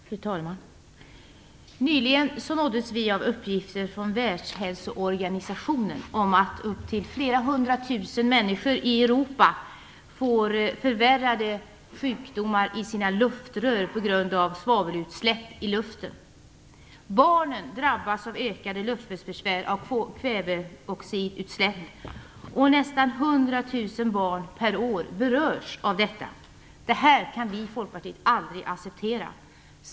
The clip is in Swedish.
Fru talman! Nyligen nåddes vi av uppgifter från Världshälsoorganisationen om att upp till flera hundratusen människor i Europa får sina sjukdomar i luftrören förvärrade på grund av svavelutsläpp i luften. Barnen drabbas av ökade luftvägsbesvär av kväveoxidutsläppen. Nästan hundratusen barn per år berörs av detta. Detta kan vi i Folkpartiet aldrig acceptera.